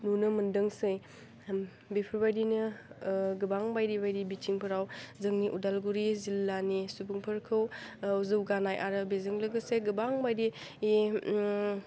नुनो मोनदोंसै बेफोरबायदिनो गोबां बायदि बायदि बिथिंफोराव जोंनि उदालगुरि जिल्लानि सुबुंफोरखौ जौगानाय आरो बेजों लोगोसे गोबां बायदि